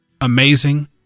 amazing